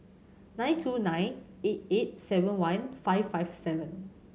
nine two nine eight eight seven one five five seven